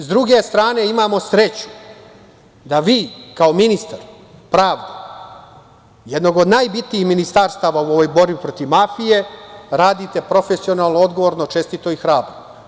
Sa druge strane imamo sreću da vi kao ministar pravde, jednog od najbitnijih ministarstava u ovoj borbi protiv mafije, radite profesionalno, odgovorno, čestito i hrabro.